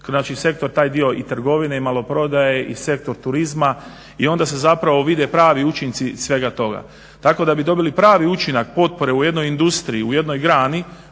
Znači sektor taj dio i trgovine i maloprodaje i sektor turizma i onda se zapravo vide pravi učinci svega toga. Tako da bi dobili pravi učinak potpore u jednoj industriji u jednoj grani